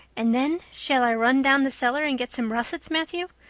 and then shall i run down the cellar and get some russets, matthew?